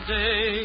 day